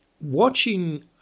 watching